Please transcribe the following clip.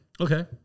Okay